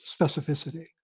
specificity